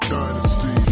dynasty